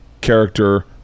character